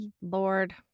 Lord